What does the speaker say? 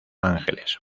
ángeles